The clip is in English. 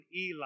Eli